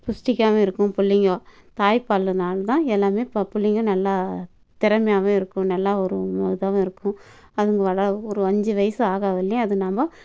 புஸ்டிக்காகவும் இருக்கும் பிள்ளைங்கோ தாய்ப்பால்னால் தான் எல்லாமே இப்போ பிள்ளைங்கோ நல்லா திறமையாகவும் இருக்கும் நல்லாவும் ஒரு இதாகவும் இருக்கும் அதுங்கள் வள ஒரு அஞ்சு வயசு ஆகிற வரையிலியும் அது நாம்